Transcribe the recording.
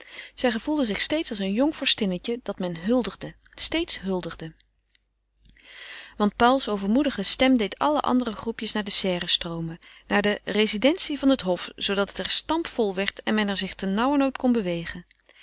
zij gevoelde zich steeds als een jong vorstinnetje dat men huldigde steeds huldigde want pauls overmoedige stem deed alle andere groepjes naar de serre stroomen naar de residentie van het hof zoodat het er stampvol werd en men er zich ternauwernood kon bewegen